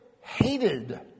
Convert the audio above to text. hated